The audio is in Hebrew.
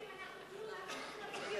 תגיד,